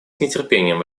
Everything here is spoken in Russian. нетерпением